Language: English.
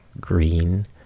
green